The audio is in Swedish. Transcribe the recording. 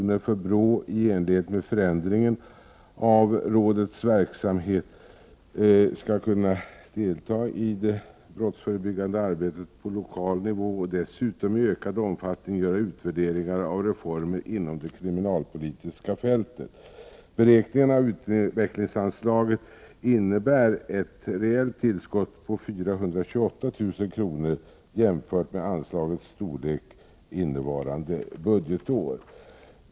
för att BRÅ i enlighet med förändringen av rådets verksamhet skall kunna delta i det brottsförebyggande arbetet på lokal nivå och dessutom i ökad omfattning göra utvärderingar av reformer inom det kriminalpolitiska fältet. Beräkningarna av utvecklingsanslaget innebär ett reellt tillskott med 428 000 kr. jämfört med anslagets storlek innevarande budgetår.